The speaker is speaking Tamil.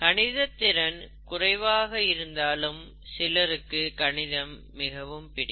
கணிதத்திறன் குறைவாக இருந்தாலும் சிலருக்கு கணிதம் மிகவும் பிடிக்கும்